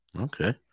Okay